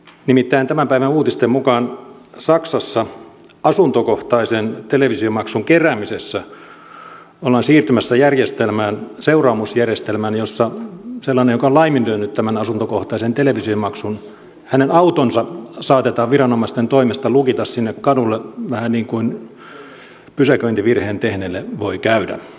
nimittäin tämän päivän uutisten mukaan saksassa asuntokohtaisen televisiomaksun keräämisessä ollaan siirtymässä seuraamusjärjestelmään jossa sellaisen henkilön joka on laiminlyönyt tämän asuntokohtaisen televisiomaksun auto saatetaan viranomaisten toimesta lukita sinne kadulle vähän niin kuin pysäköintivirheen tehneelle voi käydä